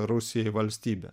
rusijai valstybė